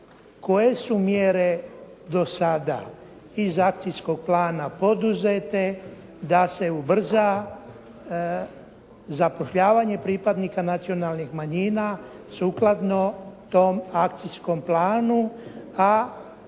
Koje su mjere do sada iz akcijskog plana poduzete da se ubrza zapošljavanje pripadnika nacionalnih manjina sukladno tom akcijskom planu,